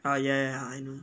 oh ya ya I know